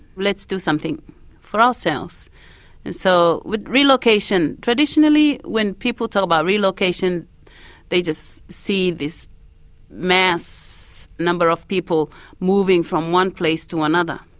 let's do something for ourselves. and so, with relocation, traditionally when people talk about relocation they just see this mass number of people moving from one place to another.